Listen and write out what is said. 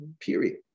period